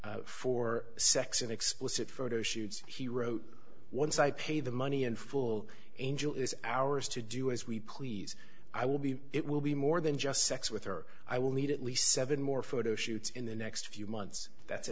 victim for sex in explicit photo shoots he wrote once i pay the money and full angel is ours to do as we please i will be it will be more than just sex with her i will need at least seven more photo shoots in the next few months that's